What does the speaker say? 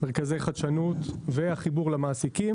מרכזי חדשנות והחיבור למעסיקים,